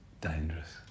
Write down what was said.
dangerous